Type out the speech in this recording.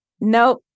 nope